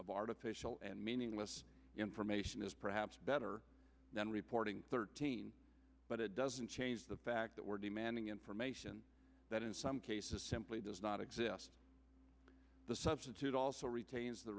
of artificial and meaningless information is perhaps better than reporting thirteen but it doesn't change the fact that we're demanding information that in some cases simply does not exist the substitute also retains the